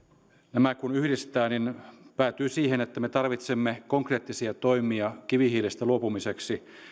nämä kun yhdistää niin päätyy siihen että me tarvitsemme konkreettisia toimia kivihiilestä luopumiseksi